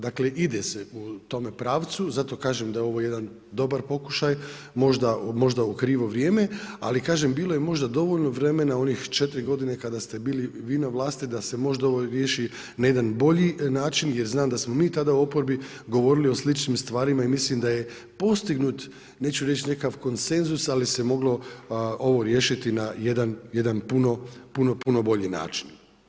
Dakle ide se u tome pravcu, zato kažem da je ovo jedan dobar pokušaj, možda u krivo vrijeme, ali kažem bilo je možda dovoljno vremena, onih 4 godina kada ste bili vi na vlasti da se možda ovo riješi na jedan bolji način jer znam da smo mi tada u oporbi govorili o sličnim stvarima i mislim da je postignut neću reći nekakav konsenzus, ali se moglo ovo riješiti na jedan puno bolji način.